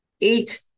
eight